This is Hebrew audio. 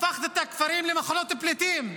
הפכת את הכפרים למחנות פליטים,